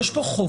יש פה חובה.